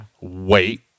wait